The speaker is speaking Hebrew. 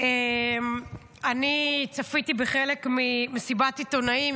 אני צפיתי בחלק ממסיבת העיתונאים,